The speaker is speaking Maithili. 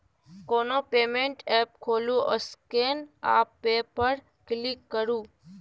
कोनो पेमेंट एप्प खोलु आ स्कैन आ पे पर क्लिक करु